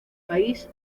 país